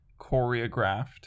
choreographed